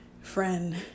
friend